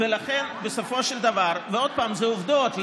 ולכן בסופו של דבר, ועוד פעם, אלה עובדות.